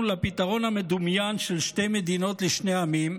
לפתרון המדומיין של שתי מדינות לשני עמים,